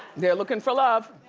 they're looking for love.